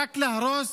רק להרוס